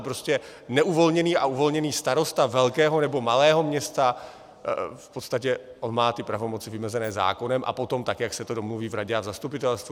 Prostě neuvolněný a uvolněný starosta velkého nebo malého města, v podstatě on má ty pravomoci vymezeny zákonem a potom tak, jak si to domluví v radě a v zastupitelstvu.